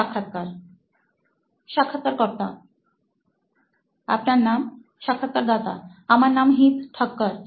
সাক্ষাৎকারদাতা আমার নাম হিত থাক্কর